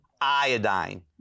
Iodine